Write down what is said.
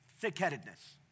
thick-headedness